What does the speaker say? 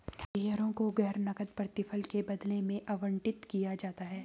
शेयरों को गैर नकद प्रतिफल के बदले में आवंटित किया जाता है